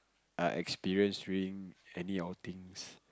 err experience during any outings